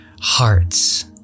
hearts